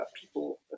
people